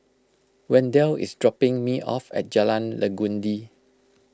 Wendell is dropping me off at Jalan Legundi